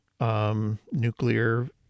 nuclear